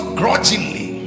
grudgingly